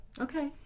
Okay